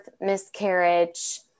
miscarriage